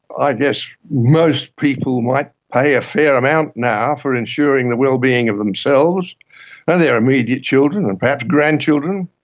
i guess most people might pay a fair amount now for ensuring the well-being of themselves and their immediate children and perhaps grandchildren.